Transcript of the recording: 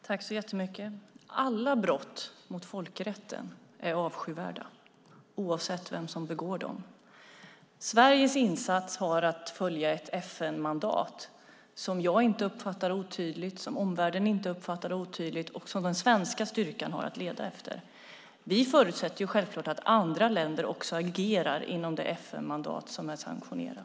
Herr talman! Alla brott mot folkrätten är avskyvärda, oavsett vem som begår dem. Sveriges insats och den svenska styrkan har att följa ett FN-mandat som jag inte uppfattar som otydligt och som omvärlden inte uppfattar som otydligt. Vi förutsätter självklart att också andra länder agerar inom det FN-mandat som är sanktionerat.